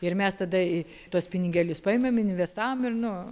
ir mes tada į tuos pinigėlius paėmėm investavom ir nu